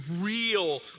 real